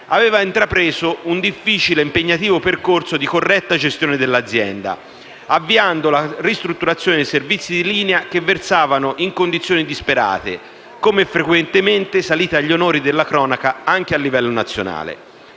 aveva intrapreso un difficile e impegnativo percorso di corretta gestione dell'azienda, avviando la ristrutturazione dei servizi di linea che versavano in condizioni disperate, come frequentemente salite agli onori della cronaca anche a livello nazionale.